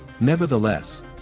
Nevertheless